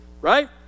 right